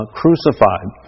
crucified